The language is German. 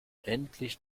endlich